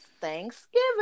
Thanksgiving